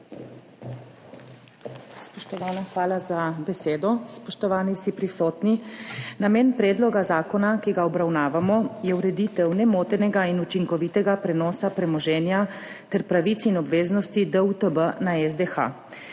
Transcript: Hvala za besedo.